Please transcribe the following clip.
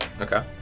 Okay